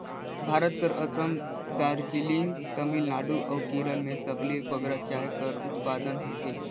भारत कर असम, दार्जिलिंग, तमिलनाडु अउ केरल में सबले बगरा चाय कर उत्पादन होथे